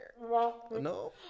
No